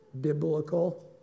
biblical